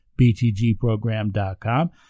btgprogram.com